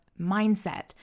mindset